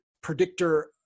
predictor